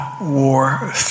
War